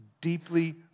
deeply